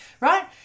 right